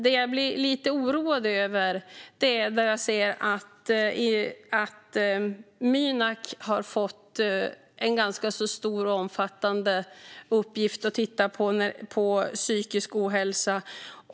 Det jag blir lite oroad över är att Mynak har fått en ganska stor och omfattande uppgift att titta på psykisk ohälsa.